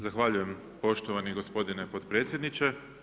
Zahvaljujem poštovani gospodine potpredsjedniče.